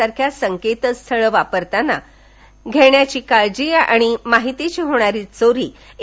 सारख्या संकेतस्थळे वापरताना घ्यावयाची काळजी व माहितीची होणारी चोरी इ